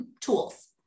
tools